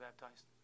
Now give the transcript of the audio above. baptized